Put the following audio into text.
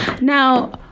Now